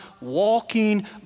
walking